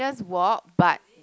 just walk but